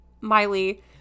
Miley